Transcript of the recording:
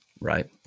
Right